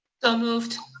so moved.